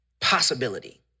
possibility